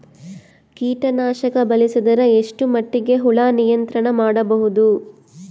ಕೀಟನಾಶಕ ಬಳಸಿದರ ಎಷ್ಟ ಮಟ್ಟಿಗೆ ಹುಳ ನಿಯಂತ್ರಣ ಮಾಡಬಹುದು?